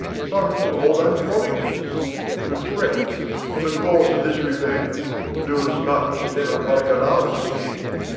son to old andronicus who threats in course of this revenge to do as much as ever coriolanus did.